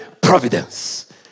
providence